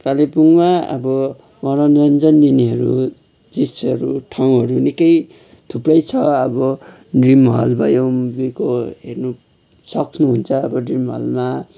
कालिम्पोङमा अब मनोरञ्जन दिनेहरू चिजहरू ठाउँहरू निकै थुप्रै छ अब ड्रिम हल भयो हेर्न सक्नुहुन्छ अब ड्रिम हलमा